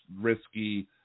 risky